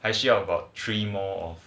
还需要 about three more